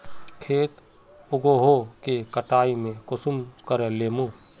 खेत उगोहो के कटाई में कुंसम करे लेमु?